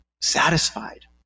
satisfied